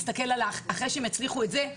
לאחר שהם יצליחו לעשות זאת,